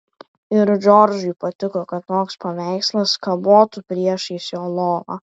ir džordžui patiko kad toks paveikslas kabotų priešais jo lovą